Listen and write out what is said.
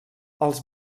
els